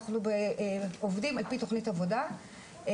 אנחנו עובדים על פי תוכנית עבודה מוסדרת,